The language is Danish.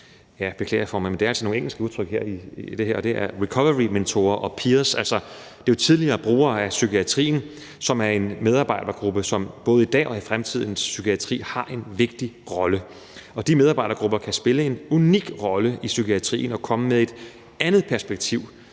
jeg beklager, formand, men det er altså nogle engelske udtryk – recoverymentorer og peers. Altså, det er jo tidligere brugere af psykiatrien, som udgør en medarbejdergruppe, som både i dag og i fremtidens psykiatri har en vigtig rolle. De medarbejdergrupper kan spille en unik rolle i psykiatrien og komme med et andet perspektiv,